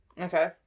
Okay